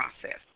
process